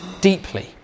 deeply